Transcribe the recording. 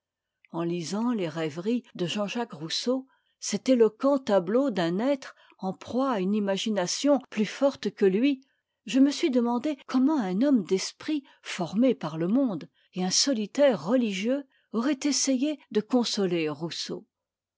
en lisant les rêveries de j j rousseau cet éloquent tableau d'un être en proie à une imagination plus forte que lui je me suis demandé comment un homme d'esprit formé par le monde et un solitaire religieux auraient essayé de consoler rousseau